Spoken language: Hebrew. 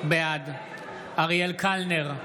בעד אריאל קלנר,